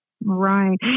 Right